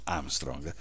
Armstrong